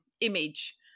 image